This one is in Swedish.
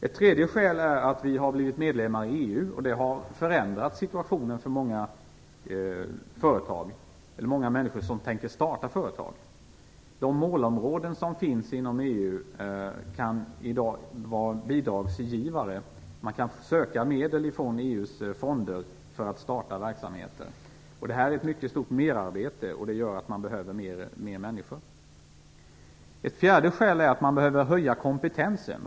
Ett tredje skäl är att vi har blivit medlemmar i EU. Det har förändrat situationen för många företag och många människor som tänker starta företag. De målområden som finns inom EU kan i dag vara bidragsgivare. Man kan söka medel från EU:s fonder för att starta verksamheter. Det innebär ett mycket stort merarbete, och det gör att man behöver fler människor. Ett fjärde skäl är att man behöver höja kompetensen.